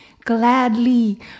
gladly